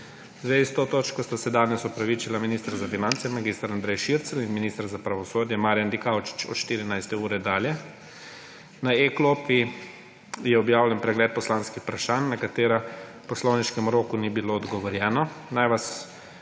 zvezi s to točko sta se danes opravičila minister za finance mag. Andrej Šircelj in minister za pravosodje Marjan Dikaučič od 14. ure dalje. Na e-klopi je objavljen pregled poslanskih vprašanj, na katera v poslovniškem roku ni bilo odgovorjeno. Naj vas